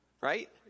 Right